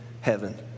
heaven